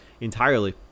entirely